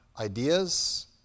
ideas